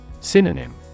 Synonym